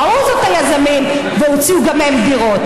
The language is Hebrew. ראו זאת היזמים והוציאו גם הם דירות.